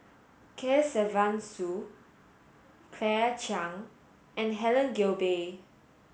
Kesavan Soon Claire Chiang and Helen Gilbey